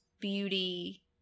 beauty